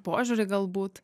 požiūrį galbūt